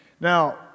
Now